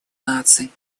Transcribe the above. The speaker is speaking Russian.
наций